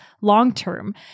long-term